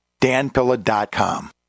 danpilla.com